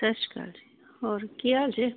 ਸਤਿ ਸ਼੍ਰੀ ਅਕਾਲ ਜੀ ਹੋਰ ਕੀ ਹਾਲ ਜੇ